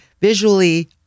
visually